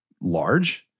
large